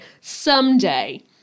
Someday